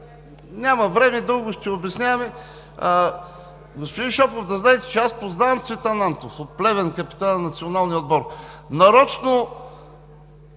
Няма време, дълго ще обясняваме. Господин Шопов, да знаете, че аз познавам Цветан Антов от Плевен, капитана на националния отбор. Нарочно